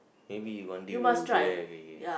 maybe one day we will go there okay okay